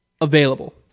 available